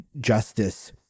justice